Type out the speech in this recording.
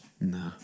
No